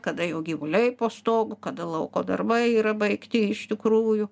kada jau gyvuliai po stogu kada lauko darbai yra baigti iš tikrųjų